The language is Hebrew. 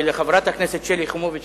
ולחברת הכנסת שלי יחימוביץ,